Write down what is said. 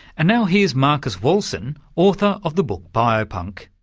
and now here's marcus wohlsen, author of the book biopunk.